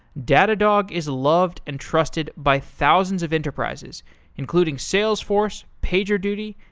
datadog is loved and trusted by thousands of enterprises including salesforce, pagerduty,